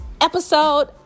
episode